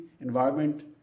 environment